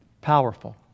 powerful